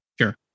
Sure